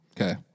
Okay